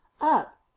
up